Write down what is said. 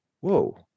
whoa